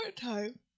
time